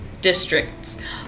districts